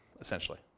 essentially